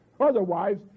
Otherwise